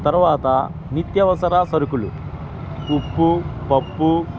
తర్వాత నిత్యవసరా సరుకులు ఉప్పు పప్పు